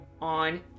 on